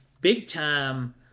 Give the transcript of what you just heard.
big-time